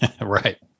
Right